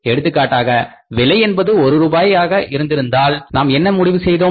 எடுத்துக்காட்டாக விலை என்பது ஒரு ரூபாயாக இருந்திருந்தால் நாம் என்ன முடிவு செய்தோம்